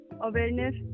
awareness